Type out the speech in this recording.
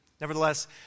Nevertheless